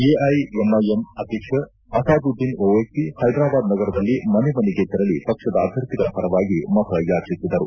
AIMIM ಅಧ್ಯಕ್ಷ ಅಸಾದುದ್ದೀನ್ ಓವೈಸಿ ಹೈದರಾಬಾದ್ ನಗರದಲ್ಲಿ ಮನೆ ಮನೆಗೆ ತೆರಳಿ ಪಕ್ಷದ ಅಭ್ವರ್ಥಿಗಳ ಪರವಾಗಿ ಮತಯಾಚಿಸಿದರು